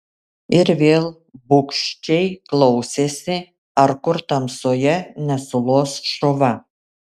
ir vėl bugščiai klausėsi ar kur tamsoje nesulos šuva